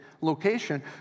location